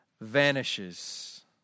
vanishes